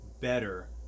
better